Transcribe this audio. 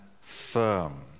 firm